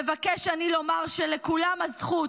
מבקש אני לומר שלכולם הזכות,